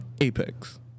Apex